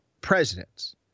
presidents